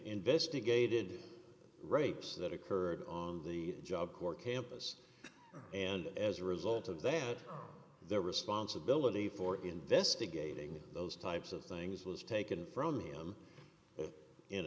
investigated rapes that occurred on the job corps campus and as a result of that the responsibility for investigating those types of things was taken from him